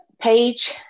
page